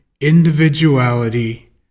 individuality